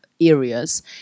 areas